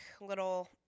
little